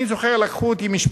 אני זוכר שמשפחתי